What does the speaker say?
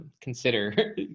consider